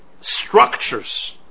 structures